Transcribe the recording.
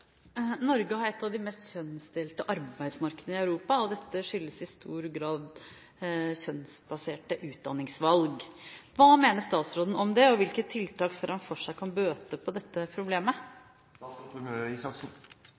har ett av de mest kjønnsdelte arbeidsmarkedene i Europa. Dette skyldes i stor grad kjønnsbaserte utdanningsvalg. Hva mener statsråden om det, og hvilke tiltak ser han for seg kan bøte på dette